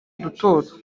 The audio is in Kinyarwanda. duto